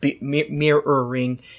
mirroring